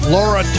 Laura